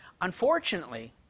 Unfortunately